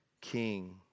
king